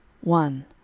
one